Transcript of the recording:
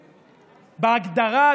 בהגדרה,